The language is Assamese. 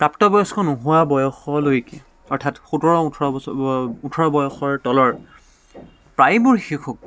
প্ৰাপ্ত বয়স্ক নোহোৱা বয়সলৈকে অৰ্থাৎ সোতৰ ওঠৰ বছৰ ওঠৰ বয়সৰ তলৰ প্ৰায়বোৰ শিশুক